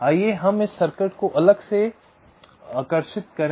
आइए हम इस सर्किट को अलग से आकर्षित करें